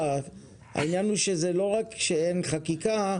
העניין הוא לא רק שאין חקיקה,